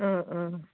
অঁ অঁ